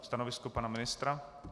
Stanovisko pana ministra?